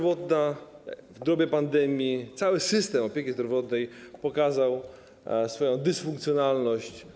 W dobie pandemii cały system opieki zdrowotnej pokazał swoją dysfunkcjonalność.